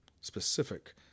specific